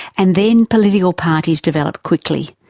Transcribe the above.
and then political parties developed quickly.